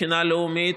מבחינה לאומית.